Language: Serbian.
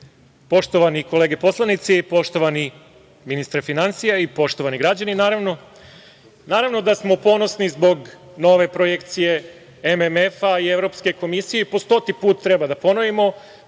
poštovani kolege poslanici, poštovani ministre finansija, i poštovani građani, naravno da smo ponosni zbog nove projekcije MMF-a i Evropske komisije, i po stoti put treba da ponovimo,